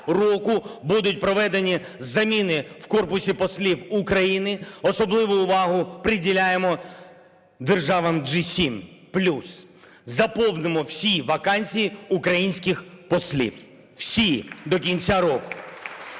будуть проведені заміни в корпусі послів України, особливу увагу приділяємо державам G7 плюс. Заповнимо всі вакансії українських послів, всі до кінця року.